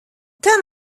كان